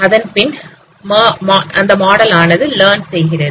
அதன்பின் model learn செய்யப்படுகிறது